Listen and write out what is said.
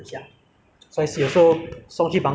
可是我觉得这个工作好是因为